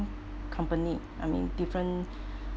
company I mean different